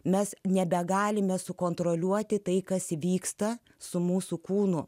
mes nebegalime sukontroliuoti tai kas vyksta su mūsų kūnu